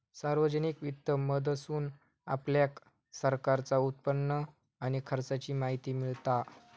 सार्वजनिक वित्त मधसून आपल्याक सरकारचा उत्पन्न आणि खर्चाची माहिती मिळता